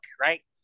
right